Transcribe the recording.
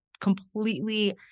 completely